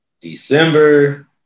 December